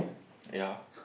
ya